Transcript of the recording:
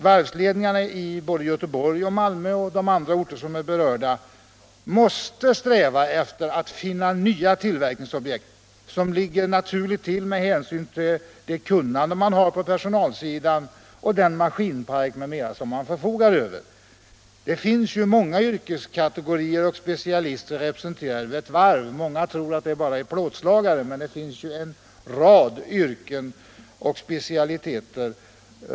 Varvsledningarna i Göteborg, Malmö och övriga orter måste sträva efter att finna nya tillverkningsobjekt som ligger naturligt till för det kunnande man har på personalsidan och den maskinpark m.m. som man förfogar över på varven. Det finns många yrkeskategorier representerade vid ett varv. Många människor tror att där finns bara plåtslagare, men man har en hel rad yrken och specialiteter.